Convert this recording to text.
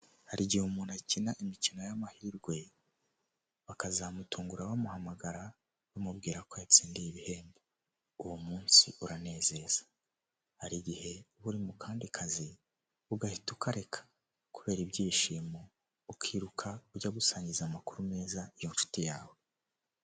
Hari igihe umuntu akina imikino y'amahirwe bakazamutungura bamuhamagara bamubwira ko yatsindiye ibihembo, uwo munsi uranezeza hari igihe uba uri mu kandi kazi ugahita ukareka kubera ibyishimo, ukiruka ujya gusangiza amakuru meza iyo inshuti yawe.